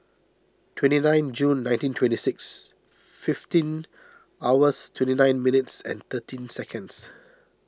twenty nine June nineteen twenty six fifteen hours twenty nine minutes thirteen seconds